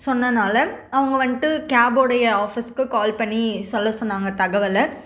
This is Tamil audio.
சொன்னனால அவங்க வந்துட்டு கேப்போடைய ஆஃபிஸ்க்கு கால் பண்ணி சொல்ல சொன்னாங்க தகவலை